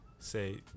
Say